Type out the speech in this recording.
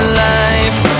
life